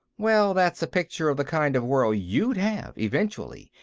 well, that's a picture of the kind of world you'd have, eventually,